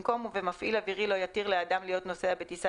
במקום "ומפעיל אווירי לא יתיר לאדם להיות נוסע בטיסה